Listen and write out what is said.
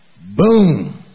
boom